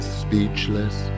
speechless